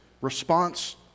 response